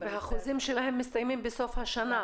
החוזים שלהם מסתיימים בסוף השנה.